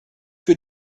für